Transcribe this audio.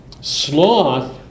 Sloth